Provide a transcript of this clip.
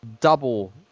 double